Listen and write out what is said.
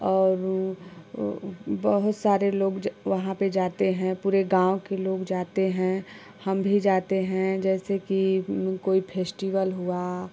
और ऊ बहुत सारे लोग जो वहाँ पे जाते हैं पूरे गाँव के लोग जाते हैं हम भी जाते हैं जैसे कि कोई फेस्टिबल हुआ